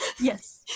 Yes